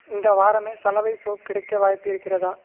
இந்த வாரமே சலவை சோப் கிடைக்க வாய்ப்பு இருக்கிறதா